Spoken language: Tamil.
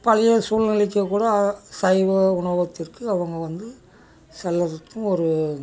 பழைய சூழ்நிலைக்கு கூட சைவ உணவகத்திற்கு அவங்க வந்து செல்லருத்துக்கும் ஒரு